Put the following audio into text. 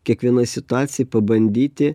kiekvienoj situacijoj pabandyti